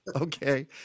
Okay